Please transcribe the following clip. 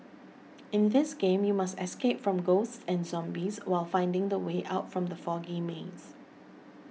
in this game you must escape from ghosts and zombies while finding the way out from the foggy maze